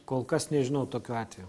kol kas nežinau tokių atvejų